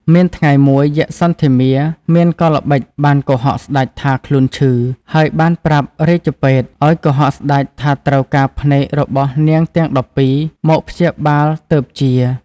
មានថ្ងៃមួយយក្សសន្ធមារមានកលល្បិចបានកុហកស្តេចថាខ្លួនឈឺ ហើយបានប្រាប់រាជពេទ្យឲ្យកុហកស្តេចថាត្រូវការភ្នែករបស់នាងទាំង១២មកព្យាបាលទើបជា។